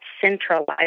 centralized